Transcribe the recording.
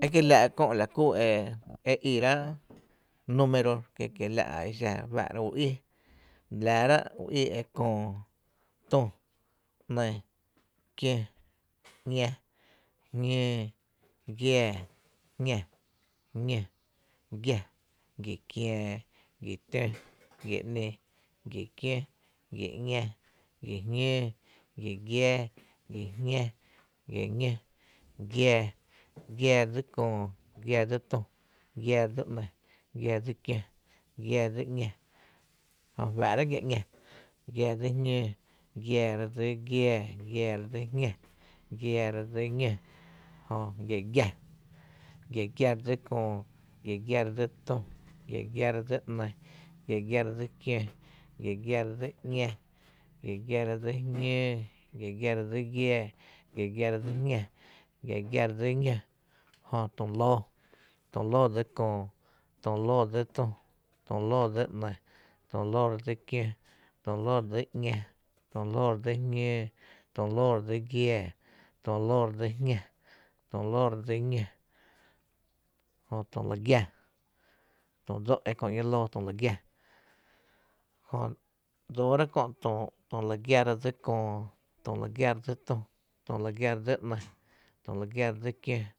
Ekiela’ kö la ku e iráá’ número kie, kiela’ re fáá’ra e xa u í laa rá’ u í e köö, tü, ‘ní, kiǿ, ‘ñá, jñóó, giaa, jñá, ñó, giá, giakiää, gia tǿ, gia ‘ni, gia kiǿ, gia ‘ñá, gia jñǿǿ, gi giaa, gia jñá, gia ñó, giaa, giaa dsí Köö, giaa dsí tü, giaa dsí ‘ní, giaa dsí kiǿ, giaa dsí ‘ñá, giaa dsí jñǿǿ, gia dsí giáá, gia dsí jñá, gia dsí ñó, gi giⱥ, gi giⱥ dsí köö, gi giⱥ dsí tü, gi giⱥ dsí ‘ni, gi giⱥ dsí kió, gi giⱥ dsí ‘ñá, gi giⱥ dsí jñǿǿ, gi giⱥ dsí giáá, gi giⱥ dsí jñá, gi giⱥ dsí ñó, tu lǿǿ, tu lǿǿ dsi köö, tu lǿǿ dsi tü, tu lǿǿ dsi ‘ni, tu lǿǿ dsi kió, tu lǿǿ dsi ‘ñá, tu lǿǿ dsi jñǿǿ, tu lǿǿ dsi giaa, tu lǿǿ dsi jñá, tu lǿǿ dsi ñó, jö tü lu giá, tu dsó’ köö ‘ña lóo tulu giá, jö dsoora kö’ tü lu giá re dsí köö, tü lu giá re dsi tü, tü lu giá re dsi ´ni, tü lu giá re dsi kió